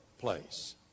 place